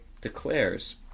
declares